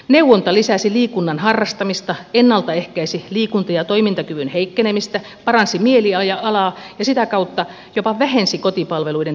neuvonta lisäsi liikunnan harrastamista ennalta ehkäisi liikunta ja toimintakyvyn heikkenemistä paransi mielialaa ja sitä kautta jopa vähensi kotipalveluiden tarvetta